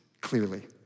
clearly